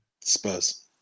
Spurs